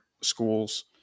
schools